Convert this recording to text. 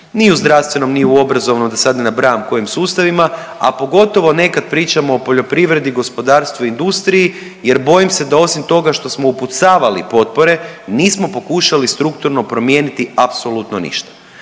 ni u zdravstvenom, ni u obrazovnom, da sad ne nabrajam kojim sustavima, a pogotovo ne kad pričamo o poljoprivredi, gospodarstvu, industriji, jer bojim se da osim toga što smo upucavali potpore nismo pokušali strukturno promijeniti apsolutno ništa.